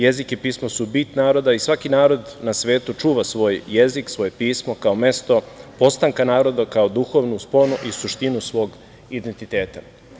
Jezik i pismo su bit naroda i svaki narod na svetu čuva svoj jezik, svoje pismo kao mesto postanka naroda, kao duhovnu sponu i suštinu svog identiteta.